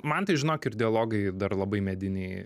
man tai žinok ir dialogai dar labai mediniai